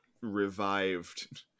revived